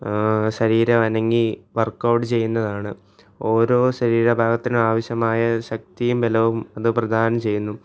ശരീരം അനങ്ങി work out ചെയ്യുന്നതാണ് ഓരോ ശരീര ഭാഗത്തിനാവശ്യമായ ശക്തിയും ബലവും അത് പ്രധാനം ചെയ്യുന്നു